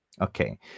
okay